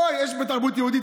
בוא, יש בתרבות יהודית.